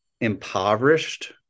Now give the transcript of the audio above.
impoverished